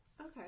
Okay